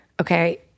okay